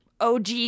og